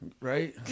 Right